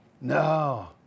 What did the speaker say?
No